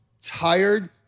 tired